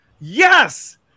Yes